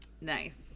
nice